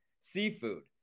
seafood